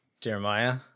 Jeremiah